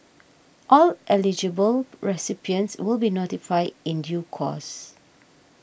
all eligible recipients will be notified in due course